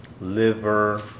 liver